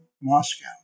Moscow